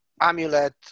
amulet